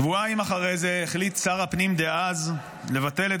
שבועיים אחרי זה החליט שר הפנים דאז לבטל את